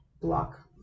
block